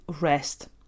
rest